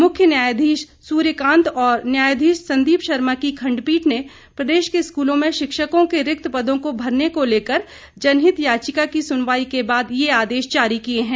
मुख्य न्यायधीश सूर्यकांत और न्यायधीश संदीप शर्मा की खंडपीठ ने प्रदेश के स्कूलों में शिक्षकों के रिक्त पदों को भरने को लेकर जनहित याचिका की सुनवाई के बाद ये आदेश जारी किए हैं